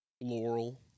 Laurel